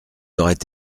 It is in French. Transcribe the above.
auraient